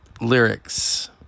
Lyrics